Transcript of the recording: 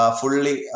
fully